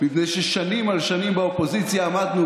מפני ששנים על שנים באופוזיציה עמדנו